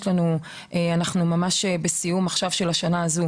יש לנו בסיום השנה הזו,